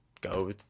go